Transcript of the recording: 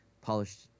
polished